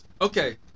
okay